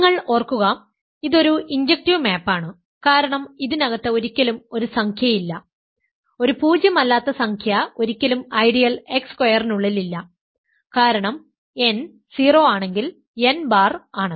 നിങ്ങൾ ഓർക്കുക ഇത് ഒരു ഇൻജെക്റ്റീവ് മാപ്പ് ആണ് കാരണം ഇതിനകത്ത് ഒരിക്കലും ഒരു സംഖ്യ ഇല്ല ഒരു 0 അല്ലാത്ത സംഖ്യ ഒരിക്കലും ഐഡിയൽ x സ്ക്വയറിനുള്ളിൽ ഇല്ല കാരണം n 0 ആണെങ്കിൽ n ബാർ ആണ്